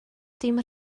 dim